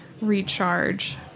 recharge